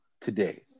today